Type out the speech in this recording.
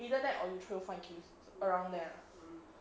either that or you throw five kills around there ah